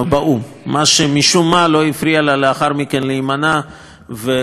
מה שמשום מה לא הפריע לה לאחר מכן להימנע ולא להטיל וטו.